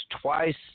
twice